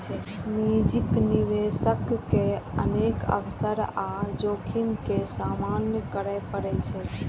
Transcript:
निजी निवेशक के अनेक अवसर आ जोखिम के सामना करय पड़ै छै